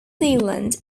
zealand